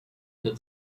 that